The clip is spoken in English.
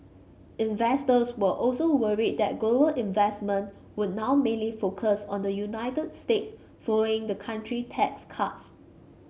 investors were also worried that global investment would now mainly focused on the United States following the country tax cuts